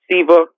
Siva